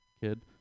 kid